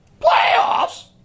Playoffs